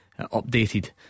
updated